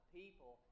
people